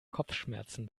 kopfschmerzen